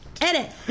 Edit